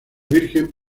virgen